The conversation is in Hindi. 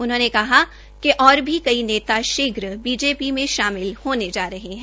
उन्होंने कहा कि और भी कई नेता शीघ्र बीजेपी में शामिल होने जा रहे है